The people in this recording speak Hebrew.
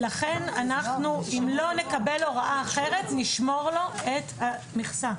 אם לא נקבל הוראה אחרת, נשמור לו את המכסה.